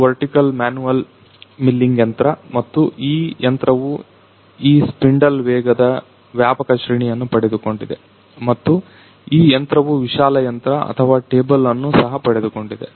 ಇದು vertical manual milling ಯಂತ್ರ ಮತ್ತು ಈ ಯಂತ್ರವು ಈ ಸ್ಪಿಂಡಲ್ ವೇಗದ ವ್ಯಾಪಕ ಶ್ರೇಣಿಯನ್ನು ಪಡೆದುಕೊಂಡಿದೆ ಮತ್ತು ಈ ಯಂತ್ರವು ವಿಶಾಲ ಯಂತ್ರ ಅಥವಾ ಟೇಬಲ್ ಅನ್ನು ಸಹ ಪಡೆದುಕೊಂಡಿದೆ